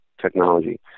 technology